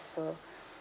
so